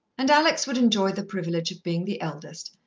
and alex would enjoy the privilege of being the eldest,